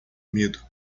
medo